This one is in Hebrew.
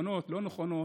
לא נכונות.